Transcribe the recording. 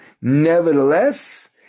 Nevertheless